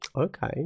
Okay